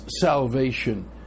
salvation